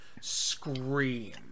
scream